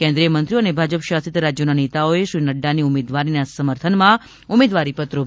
કેન્દ્રીય મંત્રીઓ અને ભાજપ શાશિત રાજ્યોના નેતાઓએ શ્રી નડ્ડાની ઉમેદવારીના સમર્થનમાં ઉમેદવારીપત્રો ભર્યા હતા